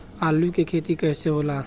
आलू के खेती कैसे होला?